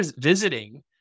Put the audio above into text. visiting